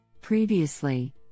Previously